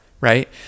right